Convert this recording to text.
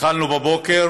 התחלנו בבוקר